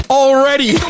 already